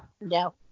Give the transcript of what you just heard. No